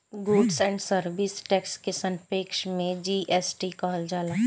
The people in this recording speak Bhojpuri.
गुड्स एण्ड सर्विस टैक्स के संक्षेप में जी.एस.टी कहल जाला